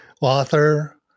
author